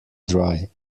dry